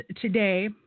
today